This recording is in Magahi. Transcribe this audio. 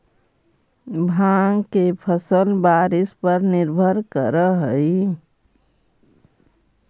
भाँग के फसल बारिश पर निर्भर करऽ हइ